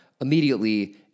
immediately